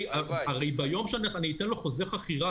הרי ביום שאני אתן לו חוזה חכירה,